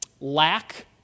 lack